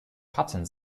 patten